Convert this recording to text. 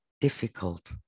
Difficult